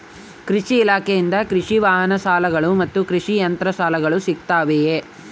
ಕೃಷಿ ಇಲಾಖೆಯಿಂದ ಕೃಷಿ ವಾಹನ ಸಾಲಗಳು ಮತ್ತು ಕೃಷಿ ಯಂತ್ರಗಳ ಸಾಲಗಳು ಸಿಗುತ್ತವೆಯೆ?